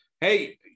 Hey